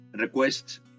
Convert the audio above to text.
requests